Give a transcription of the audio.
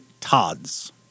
Todd's